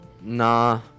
Nah